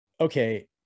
okay